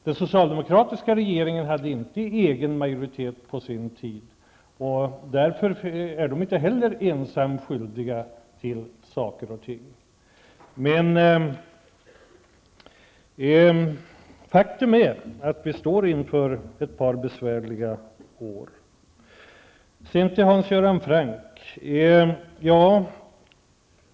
Den socialdemokratiska regeringen hade på sin tid inte egen majoritet, och därför är inte heller den ensam skyldig till saker och ting. Men faktum är att vi står inför ett par besvärliga år. Sedan vänder jag mig till Hans Göran Franck.